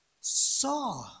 saw